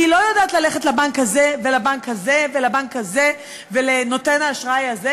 כי היא לא יודעת ללכת לבנק הזה ולבנק הזה ולבנק הזה ולנותן האשראי הזה,